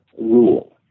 rule